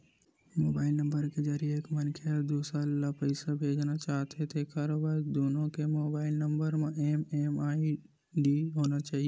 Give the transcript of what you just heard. mobile number के जरिए एक मनखे ह दूसर ल पइसा भेजना चाहथे तेखर बर दुनो के मोबईल नंबर म एम.एम.आई.डी होना चाही